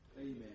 Amen